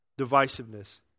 divisiveness